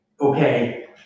okay